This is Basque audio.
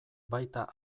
baita